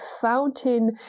fountain